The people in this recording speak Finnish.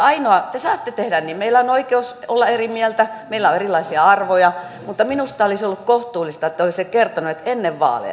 te saatte tehdä niin meillä on oikeus olla eri mieltä meillä on erilaisia arvoja mutta minusta olisi ollut kohtuullista että olisitte kertoneet ennen vaaleja sen